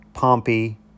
Pompey